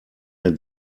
der